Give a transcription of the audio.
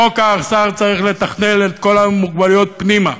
בחוק הערסל צריך לתכנן את כל המוגבלויות פנימה,